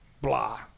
blah